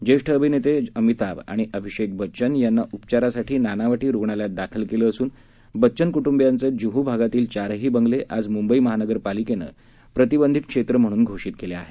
ज्येष्ठ अभिनेते अमिताभ आणि अभिषेक बच्चन यांना उपचारासाठी नानावटी रुग्णालयात दाखल केलं असून बच्चन क्ट्ंबीयांचे ज्ह भागातील चारही बंगले आज म्ंबई महानगरपालिकेने प्रतिबंधित क्षेत्र म्हणून घोषित केले आहेत